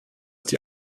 die